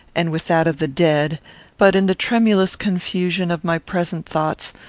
and with that of the dead but, in the tremulous confusion of my present thoughts,